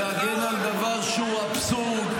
-- להגן על דבר שהוא אבסורד.